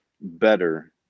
better